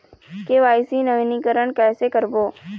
KYC नवीनीकरण कैसे करबो?